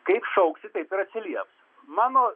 kaip šauksi taip ir atsilieps mano